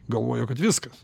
galvojo kad viskas